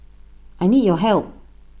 I need your help